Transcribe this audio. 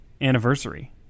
anniversary